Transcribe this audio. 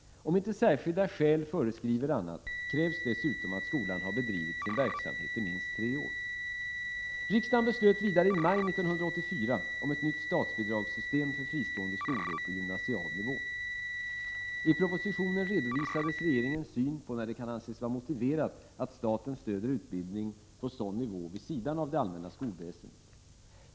Om inte särskilda skäl föranleder annat krävs dessutom att skolan har bedrivit sin verksamhet i minst tre år. Riksdagen beslöt vidare i maj 1984 om ett nytt statsbidragssystem för fristående skolor på gymnasial nivå. I propositionen redovisades regeringens syn på när det kan anses vara motiverat att staten stöder utbildning på sådan nivå vid sidan av det allmänna skolväsendet.